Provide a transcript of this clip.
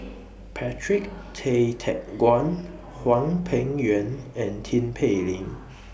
Patrick Tay Teck Guan Hwang Peng Yuan and Tin Pei Ling